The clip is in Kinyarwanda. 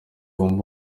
wumva